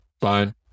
fine